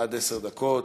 עד עשר דקות.